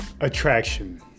attraction